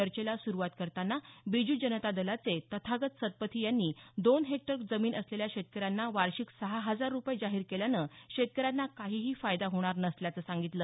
चर्चेला सुरुवात करताना बिजू जनता दलाचे तथागत सत्पथी यांनी दोन हेक्टर जमीन असलेल्या शेतकऱ्यांना वार्षिक सहा हजार रुपये जाहीर केल्यानं शेतकऱ्यांना काहीही फायदा होणार नसल्याचं सांगितलं